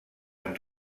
amb